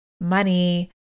money